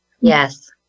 Yes